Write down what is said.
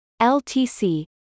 LTC